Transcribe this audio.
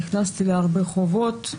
נכנסתי להרבה חובות.